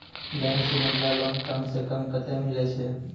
Bank से Mudra loan कम सऽ कम कतैय मिलैय छै?